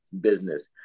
business